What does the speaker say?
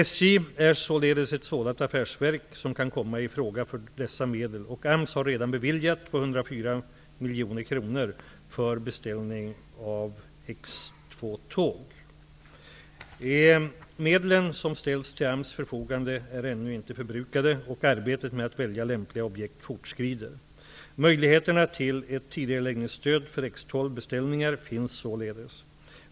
SJ är således ett sådant affärsverk som kan komma i fråga för dessa medel, och AMS har redan beviljat Medlen som ställs till AMS förfogande är ännu inte förbrukade, och arbetet med att välja lämpliga objekt fortskrider. Möjligheter till ett tidigareläggningsstöd för X12-beställningar finns således.